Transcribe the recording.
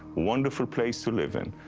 wonderful place to live in.